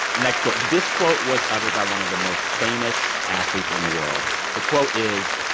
next quote. this quote was uttered by one of the most famous athletes in the world. the quote is,